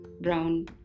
brown